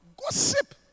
Gossip